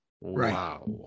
Wow